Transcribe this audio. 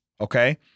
okay